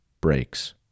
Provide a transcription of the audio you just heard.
breaks